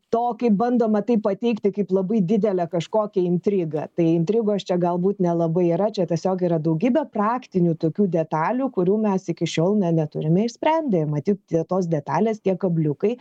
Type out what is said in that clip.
to kaip bandoma tai pateikti kaip labai didelę kažkokią intrigą tai intrigos čia galbūt nelabai yra čia tiesiog yra daugybė praktinių tokių detalių kurių mes iki šiol na neturime išsprendę ir matyt tie tos detalės tie kabliukai